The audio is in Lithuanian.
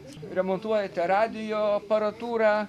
remontuojate radijo aparatūrą